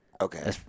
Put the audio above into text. Okay